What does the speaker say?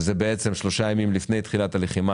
זה שלושה ימים לפני תחילת הלחימה,